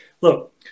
Look